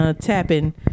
tapping